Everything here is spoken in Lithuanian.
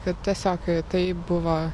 kad tiesiog tai buvo